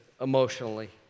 emotionally